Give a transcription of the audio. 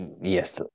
Yes